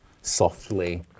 softly